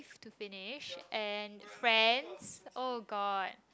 to finish and friends oh god